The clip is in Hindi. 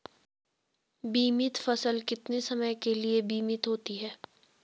बीमित फसल कितने समय के लिए बीमित होती है?